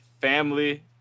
family